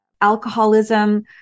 alcoholism